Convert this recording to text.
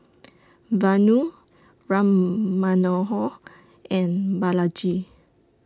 Vanu Ram Manohar and Balaji